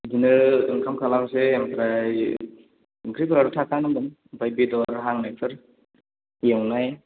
बिदिनो ओंखाम खालामनोसै ओमफ्राय ओंख्रिफोराथ' थाखा नांगोन ओमफ्राय बेदर हांनायफोर एवनाय